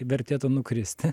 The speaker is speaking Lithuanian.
vertėtų nukristi